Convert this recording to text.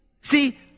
See